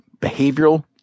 behavioral